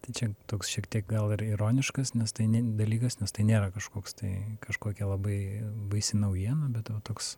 tai čia toks šiek tiek gal ir ironiškas nes tai ne dalykas nes tai nėra kažkoks tai kažkokia labai baisi naujiena bet va toks